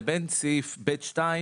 -- לבין סעיף (ב)(2),